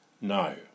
no